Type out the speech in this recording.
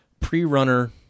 pre-runner